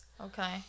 Okay